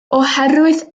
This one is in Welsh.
oherwydd